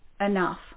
enough